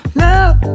love